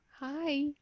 Hi